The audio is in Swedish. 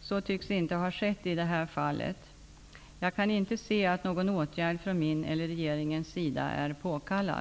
Så tycks inte ha skett i det här fallet. Jag kan inte se att någon åtgärd från min eller regeringens sida är påkallad.